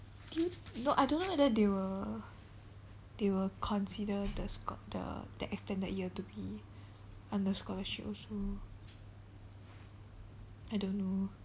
no I don't know whether they will they will consider the scho~ the that extended year to be under scholarship also I don't know